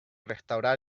restaurar